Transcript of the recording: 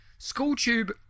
schooltube